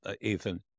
Ethan